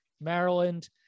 Maryland